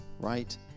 right